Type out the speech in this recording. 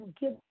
give